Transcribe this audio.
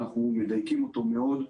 ואנחנו מדייקים אותו מאוד,